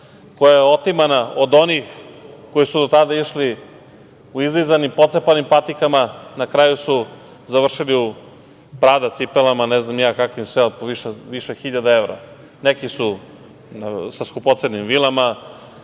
koja je otimana od onih koji su do tada išli u izlizanim, pocepanim patikama, na kraju su završili u „Prada“ cipelama, ne znam ni ja kakvim sve, od po više hiljada evra. Neki su sa skupocenim vilama,